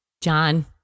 John